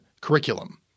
curriculum